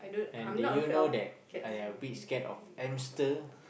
and did you know that I a bit scared of hamster